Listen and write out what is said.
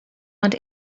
want